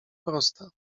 prosta